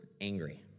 angry